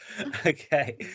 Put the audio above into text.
okay